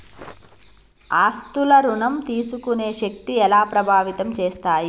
ఆస్తుల ఋణం తీసుకునే శక్తి ఎలా ప్రభావితం చేస్తాయి?